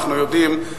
אנחנו יודעים,